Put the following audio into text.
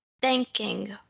Thanking